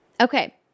Okay